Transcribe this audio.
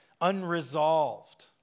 unresolved